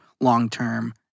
long-term